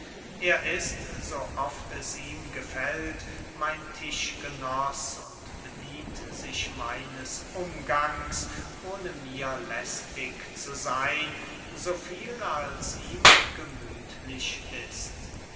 er ist so oft es ihm gefällt mein tischgenoß und bedient sich meines umgangs ohne mir lästig zu seyn so viel als ihm gemüthlich ist